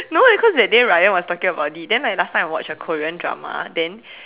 no because that day Ryan was talking about it then last time I watched a Korean drama then